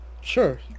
sure